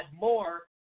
more